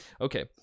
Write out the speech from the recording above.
Okay